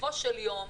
בסופו של יום,